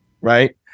right